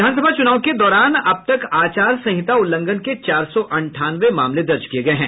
विधानसभा चुनाव के दौरान अब तक आचार संहिता उल्लंघन के चार सौ अंठानवे मामले दर्ज किये गये हैं